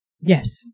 Yes